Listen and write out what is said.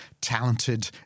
talented